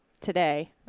today